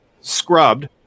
scrubbed